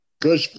good